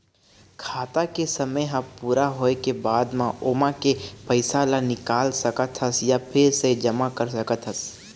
खाता के समे ह पूरा होए के बाद म ओमा के पइसा ल निकाल सकत हस य फिर से जमा कर सकत हस